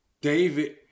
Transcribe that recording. David